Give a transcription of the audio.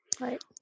Right